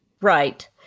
Right